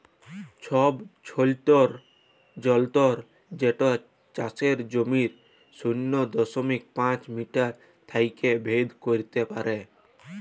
ছবছৈলর যলত্র যেট চাষের জমির শূন্য দশমিক পাঁচ মিটার থ্যাইকে ভেদ ক্যইরতে পারে